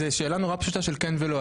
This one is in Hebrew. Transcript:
שאלה נורא פשוטה של כן או לא.